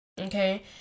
okay